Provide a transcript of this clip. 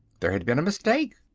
there had been a mistake!